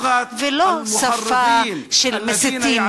ולא שפה של מסיתים,